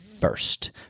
first